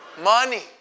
money